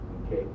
okay